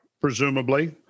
Presumably